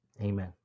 Amen